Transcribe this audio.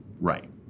Right